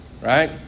right